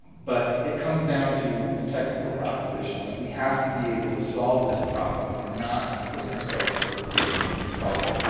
but it comes down to the technical proposition that we have to be able to solve this problem and we're not putting ourselves into a position where we can solve it.